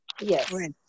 Yes